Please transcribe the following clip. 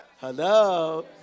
Hello